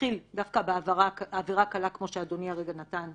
התחיל בעבירה קלה, כמו הדוגמה שאדוני כרגע נתן,